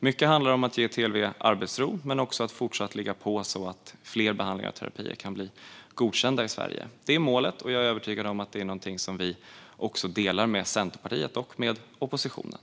Mycket handlar om att ge TLV arbetsro, men det handlar också om att fortsatt ligga på så att fler behandlingar och terapier kan bli godkända i Sverige. Det är målet, och jag är övertygad om att det är något som vi delar med Centerpartiet och oppositionen.